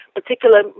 particular